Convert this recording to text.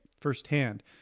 firsthand